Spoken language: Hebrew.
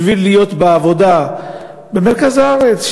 בשביל להיות בעבודה במרכז הארץ.